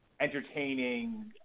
entertaining